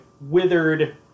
withered